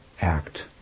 act